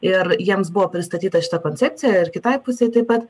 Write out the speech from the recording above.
ir jiems buvo pristatyta šita koncepcija ir kitai pusei taip pat